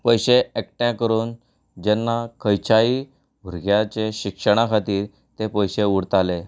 पयशें एकठांय करून जेन्ना खंयच्याय भुरग्याचें शिक्षणा खातीर तें पयशें उरतालें